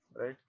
right